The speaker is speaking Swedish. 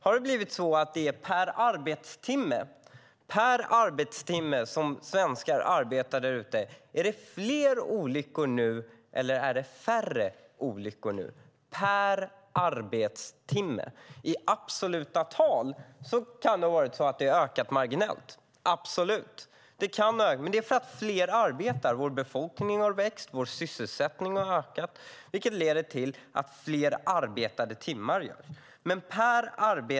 Har det blivit så att det är fler olyckor per arbetstimme som svenskar arbetar där ute, eller är det färre olyckor nu? I absoluta tal kan det ha varit så att det har ökat marginellt, absolut. Det kan ha ökat. Men det är för att fler arbetar. Vår befolkning har växt och vår sysselsättning ökat, vilket leder till fler arbetade timmar.